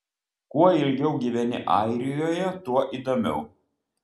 kuo ilgiau gyveni airijoje tuo įdomiau